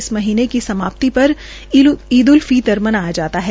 इस महीने की समाप्ति पर ईद अल फीतर मनाया जाता है